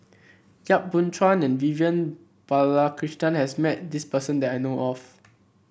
Yap Boon Chuan and Vivian Balakrishnan has met this person that I know of